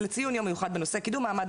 לציון יום מיוחד בנושא קידום מעמד